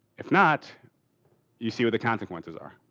if not you see what the consequences are.